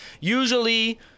usually